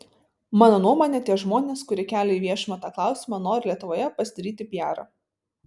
mano nuomone tie žmonės kurie kelia į viešumą tą klausimą nori lietuvoje pasidaryti piarą